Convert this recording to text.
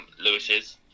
Lewis's